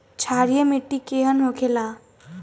क्षारीय मिट्टी केहन होखेला?